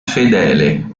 fedele